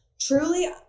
truly